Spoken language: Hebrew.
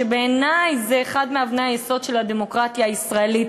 שבעיני הוא אחד מאבני היסוד של הדמוקרטיה הישראלית,